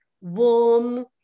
warm